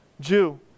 Jew